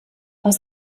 aus